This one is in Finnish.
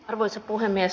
arvoisa puhemies